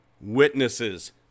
witnesses